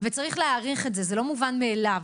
וצריך להעריך את זה, זה לא מובן מאליו.